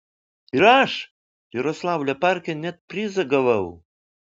ir aš jaroslavlio parke net prizą gavau